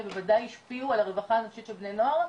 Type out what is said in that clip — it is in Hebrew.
בוודאי השפיעו על הרווחה הנפשית של בני הנוער,